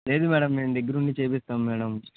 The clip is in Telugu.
లేదు మేడమ్ మేము దగ్గర ఉండి చేయిస్తాం మేడమ్